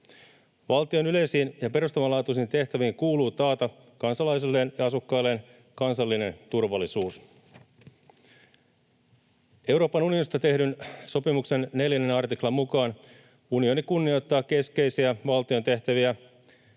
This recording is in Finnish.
Valtion yleisiin ja perustavanlaatuisiin tehtäviin kuuluu taata kansalaisilleen ja asukkailleen kansallinen turvallisuus. Euroopan unionista tehdyn sopimuksen 4 artiklan mukaan unioni kunnioittaa keskeisiä valtion tehtäviä,